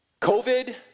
COVID